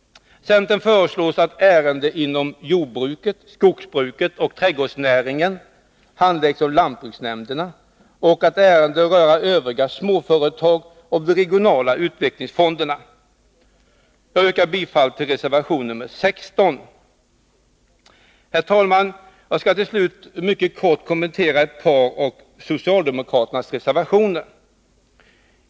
Centern föreslår att ärenden inom jordbruket, skogsbruket och trädgårdsnäringen handläggs av lantbruksnämnderna och att ärenden rörande övriga småföretag handläggs av de regionala utvecklingsfonderna. Jag yrkar bifall till reservation 16. Herr talman! Jag skall till slut mycket kort kommentera ett par av socialdemokraternas reservationer.